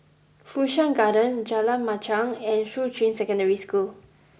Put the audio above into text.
Fu Shan Garden Jalan Machang and Shuqun Secondary School